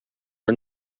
are